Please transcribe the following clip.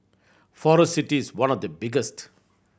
Forest City is one of the biggest